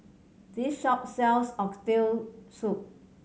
this shop sells Oxtail Soup